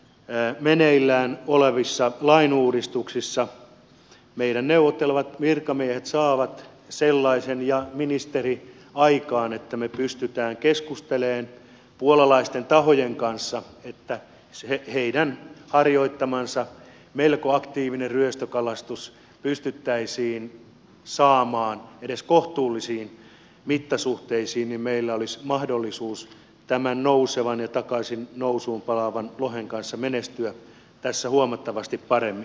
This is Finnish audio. toivottavasti meneillään olevissa lainuudistuksissa meidän neuvottelevat virkamiehemme ja ministeri saavat sellaisen ratkaisun aikaan että me pystymme keskustelemaan puolalaisten tahojen kanssa että heidän harjoittamansa melko aktiivinen ryöstökalastus pystyttäisiin saamaan edes kohtuullisiin mittasuhteisiin jotta meillä olisi mahdollisuus tämän nousevan ja takaisin nousuun palaavan lohen kanssa menestyä tässä huomattavasti paremmin